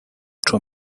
two